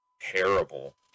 terrible